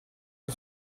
suo